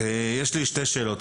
שתי שאלות.